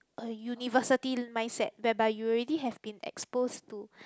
a university mindset whereby you have already been exposed to